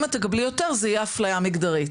אם את תקבלי יותר זה יהיה אפליה מגדרית.